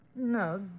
No